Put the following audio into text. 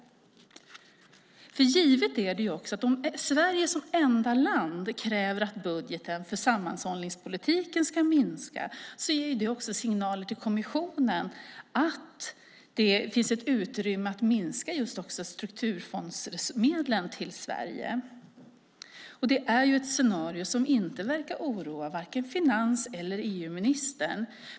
Givet är också att om Sverige som enda land kräver en minskad budget för sammanhållningspolitiken ger det signaler till kommissionen om att det finns ett utrymme för att minska också strukturfondsmedlen till Sverige - ett scenario som inte verkar oroa vare sig finansministern eller EU-ministern.